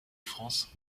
france